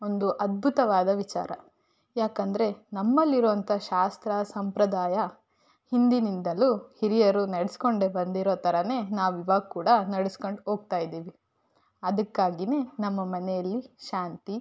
ಒಂದು ಅದ್ಭುತವಾದ ವಿಚಾರ ಯಾಕಂದರೆ ನಮ್ಮಲ್ಲಿರೋಂಥ ಶಾಸ್ತ್ರ ಸಂಪ್ರದಾಯ ಹಿಂದಿನಿಂದಲೂ ಹಿರಿಯರು ನಡ್ಸ್ಕೊಂಡೇ ಬಂದಿರೊ ಥರಾನೇ ನಾವು ಇವಾಗ ನಡ್ಸ್ಕೊಂಡು ಹೋಗ್ತಾ ಇದ್ದೀವಿ ಅದಕ್ಕಾಗಿಯೇ ನಮ್ಮ ಮನೆಯಲ್ಲಿ ಶಾಂತಿ